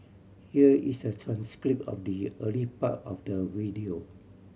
here is a transcript of the early part of the video